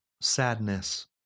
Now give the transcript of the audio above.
sadness